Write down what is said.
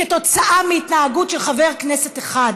כתוצאה מהתנהגות של חבר כנסת אחד,